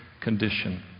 condition